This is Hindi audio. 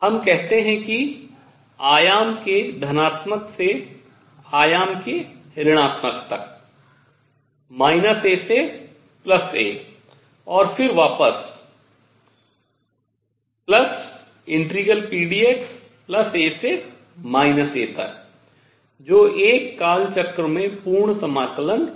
हम कहते हैं कि आयाम के धनात्मक से आयाम के ऋणात्मक तक A से A और फिर वापस pdx A से A तक जो एक काल चक्र में पूर्ण समाकलन होगा